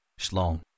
Schlong